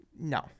No